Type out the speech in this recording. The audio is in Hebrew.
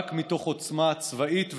רק מתוך עוצמה צבאית ומדינית.